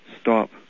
stop